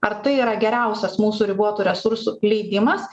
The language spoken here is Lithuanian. ar tai yra geriausias mūsų ribotų resursų leidimas